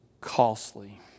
costly